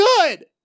good